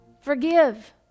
Forgive